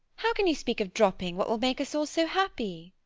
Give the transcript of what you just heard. how can you speak of dropping what will make us all so happy?